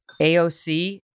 AOC